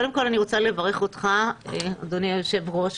קודם כול, אני רוצה לברך אותך, אדוני היושב-ראש,